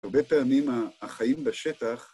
הרבה פעמים החיים בשטח